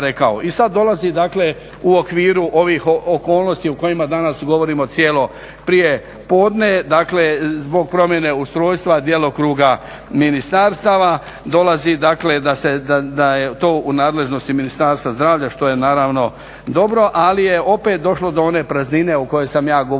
I sad dolazi dakle u okviru ovih okolnosti o kojima danas govorimo cijelo prijepodne, dakle zbog promjene ustrojstva djelokruga ministarstava dolazi dakle da je to u nadležnosti Ministarstva zdravlja. Što je naravno dobro, ali je opet došlo do one praznine o kojoj sam ja govorio,